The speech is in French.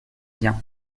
bien